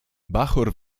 bachor